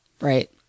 Right